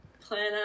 plan